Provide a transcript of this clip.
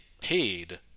paid